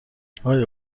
اقای